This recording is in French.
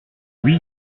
oui